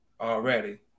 Already